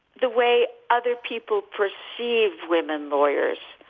the way other people perceive women lawyers,